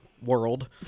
world